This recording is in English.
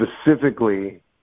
specifically